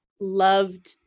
loved